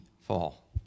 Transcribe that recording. fall